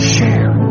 Share